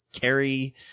carry